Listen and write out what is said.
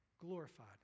glorified